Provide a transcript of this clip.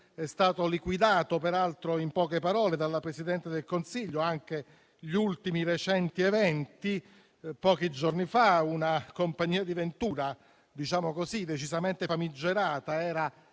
stati liquidati, peraltro, in poche parole dalla Presidente del Consiglio anche gli ultimi recenti eventi di pochi giorni fa, quando una compagnia di ventura decisamente famigerata era